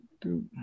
two